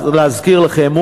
להזכיר לכם,